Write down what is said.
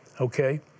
Okay